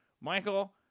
Michael